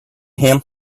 him